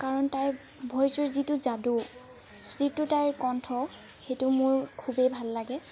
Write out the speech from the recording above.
কাৰণ তাইৰ ভইচৰ যিটো যাদু যিটো তাইউৰ কণ্ঠ সেইটো মোৰ খুবেই ভাল লাগে